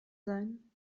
sein